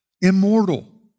immortal